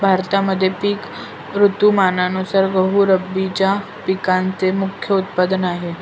भारतामध्ये पिक ऋतुमानानुसार गहू रब्बीच्या पिकांचे मुख्य उत्पादन आहे